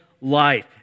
life